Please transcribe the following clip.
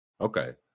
Okay